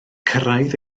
cyrraedd